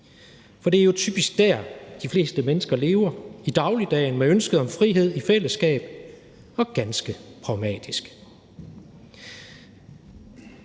For det er jo typisk der, de fleste mennesker lever, i dagligdagen med ønsket om frihed i fællesskab og ganske pragmatisk.